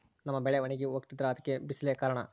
ನಮ್ಮ ಬೆಳೆ ಒಣಗಿ ಹೋಗ್ತಿದ್ರ ಅದ್ಕೆ ಬಿಸಿಲೆ ಕಾರಣನ?